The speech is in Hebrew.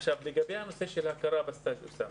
לגבי ההכרה בסטטוס.